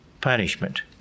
punishment